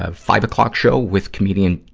ah five o'clock show with comedian,